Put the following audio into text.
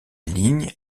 ligne